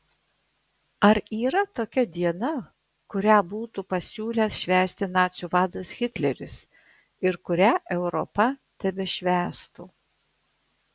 ar yra tokia diena kurią būtų pasiūlęs švęsti nacių vadas hitleris ir kurią europa tebešvęstų